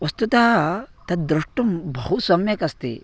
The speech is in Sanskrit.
वस्तुतः तद् द्रष्टुं सम्यकस्ति